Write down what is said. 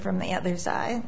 from the other side